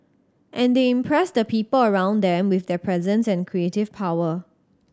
and they impress the people around them with their presence and creative power